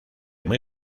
muy